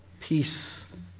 peace